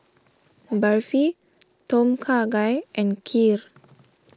Barfi Tom Kha Gai and Kheer